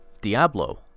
Diablo